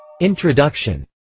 Introduction